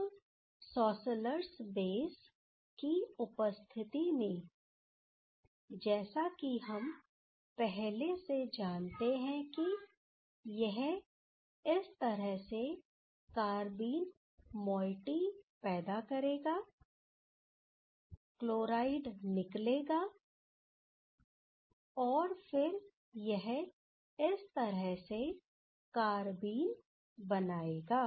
अब schlossers base की उपस्थिति में जैसा कि हम पहले से जानते हैं कि यह इस तरह से कारबीन माइटी पैदा करेगा क्लोराइड निकलेगा और फिर यह इस तरह से कारबीन बनाएगा